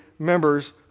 members